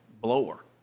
blower